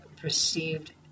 perceived